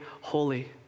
holy